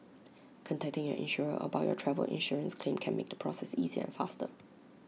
contacting your insurer about your travel insurance claim can make the process easier and faster